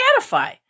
Catify